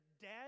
dead